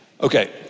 Okay